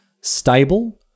stable